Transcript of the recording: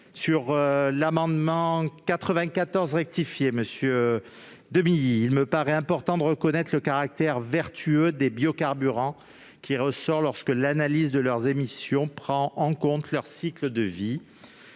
de l'amendement n° 94 rectifié, monsieur Demilly, il me semble important de reconnaître le caractère vertueux des biocarburants, qui ressort lorsque l'analyse de leurs émissions prend en compte leur cycle de vie.